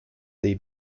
dei